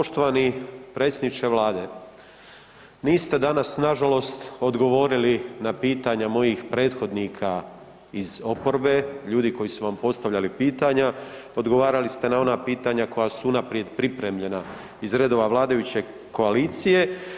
Poštovani predsjedniče vlade, niste danas nažalost odgovorili na pitanje mojih prethodnika iz oporbe, ljudi koji su vam postavljali pitanja, odgovarali ste na ona pitanja koja su unaprijed pripremljena iz redova vladajuće koalicije.